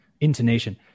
intonation